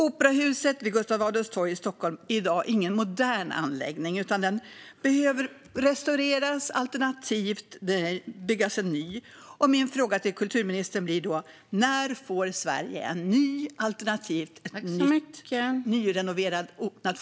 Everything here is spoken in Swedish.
Operahuset vid Gustav Adolfs torg i Stockholm är i dag ingen modern anläggning, utan den behöver restaureras. Alternativt behöver det byggas en ny. Min fråga till kulturministern är: När får Sverige en ny, alternativt nyrenoverad, nationalscen?